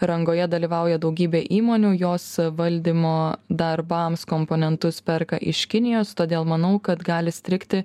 rangoje dalyvauja daugybė įmonių jos valdymo darbams komponentus perka iš kinijos todėl manau kad gali strigti